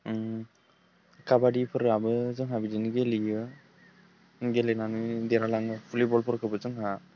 काबाडिफोराबो जोंहा बिदिनो गेलेयो गेलेनानै देरहालाङो भलीबलफोरखौबो जोंहा